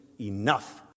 enough